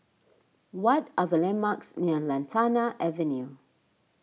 what are the landmarks near Lantana Avenue